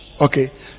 okay